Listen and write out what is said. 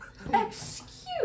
Excuse